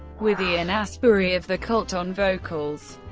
with ian astbury of the cult on vocals.